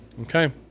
Okay